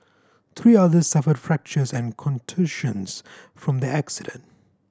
three others suffered fractures and contusions from the accident